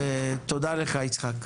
ותודה לך יצחק.